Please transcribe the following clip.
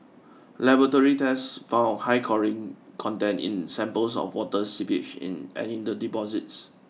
laboratory tests found high chlorine content in samples of water seepage in and in the deposits